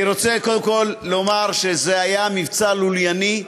אני רוצה קודם כול לומר שזה היה מבצע לולייני,